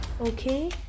okay